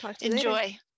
Enjoy